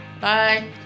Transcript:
Bye